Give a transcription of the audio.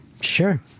Sure